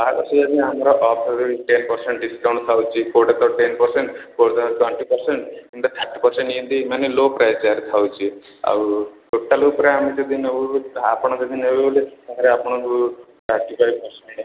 ବାହାଘର ସିଜନ୍ରେ ଆମର ଅଫ୍ ଟେନ୍ ପରସେଣ୍ଟ ଡ଼ିସ୍କାଉଣ୍ଟ ଥାଉଚି କୋଉଟା ତ ଟେନ୍ ପରସେଣ୍ଟ କୋଉଟା ଟ୍ୱେଣ୍ଟି ପରସେଣ୍ଟ ଏମିତି ଥାର୍ଟି ପରସେଣ୍ଟ ଏମିତି ମାନେ ଲୋ ପ୍ରାଇସ୍ ୟାର ଥାଉଛି ଆଉ ଟୋଟାଲ୍ ଉପରେ ଆମେ ଯଦି ନଉ ଆପଣ ଯଦି ନେବେ ବୋଲେ ତାହାଲେ ଆପଣଙ୍କୁ ଥାର୍ଟି ଫାଇଭ୍ ପରସେଣ୍ଟ